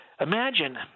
imagine –